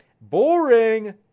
Boring